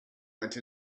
went